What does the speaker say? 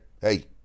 hey